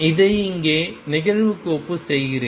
இதை இங்கே நிகழ்வுகோப்பு செய்கிறேன்